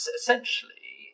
essentially